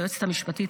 ליועצת המשפטית,